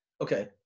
Okay